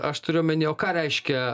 aš turiu omeny o ką reiškia